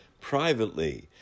privately